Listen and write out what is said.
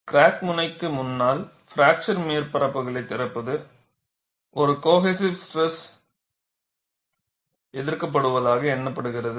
crack முனைக்கு முன்னால் fracture மேற்பரப்புகளைத் திறப்பது ஒரு கோஹெசிவ் ஸ்ட்ரெஸ் எதிர்க்கப்படுவதாகக் எண்ணப்படுகிறது